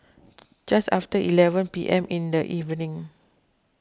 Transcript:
just after eleven P M in the evening